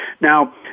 Now